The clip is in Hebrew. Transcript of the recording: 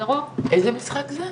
איזה משחק זה?